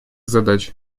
задач